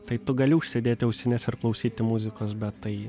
tai tu gali užsidėti ausines ir klausyti muzikos bet tai